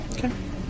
Okay